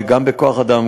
גם בכוח-אדם,